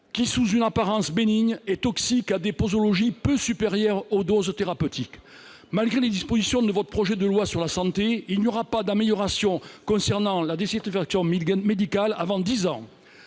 sous une apparence bénigne, le paracétamol est toxique à des posologies peu supérieures aux doses thérapeutiques. Malgré les dispositions de votre projet de loi sur la santé, madame la ministre, il n'y aura pas d'amélioration concernant la désertification médicale avant dix ans.